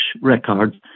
records